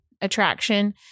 attraction